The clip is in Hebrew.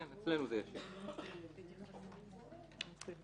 אדוני, רק כדי להבהיר, על בסיס